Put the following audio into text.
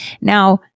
Now